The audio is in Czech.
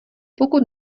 pokud